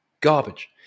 garbage